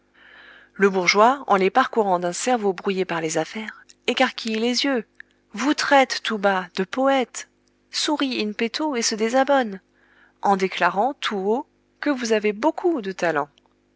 le bourgeois en les parcourant d'un cerveau brouillé par les affaires écarquille les yeux vous traite tout bas de poète sourit in petto et se désabonne en déclarant tout haut que vous avez beaucoup de talent